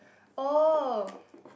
oh